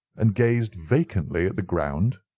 and gazed vacantly at the ground,